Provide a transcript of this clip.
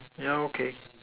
yeah okay